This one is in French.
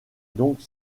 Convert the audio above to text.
donc